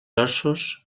ossos